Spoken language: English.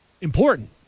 important